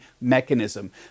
mechanism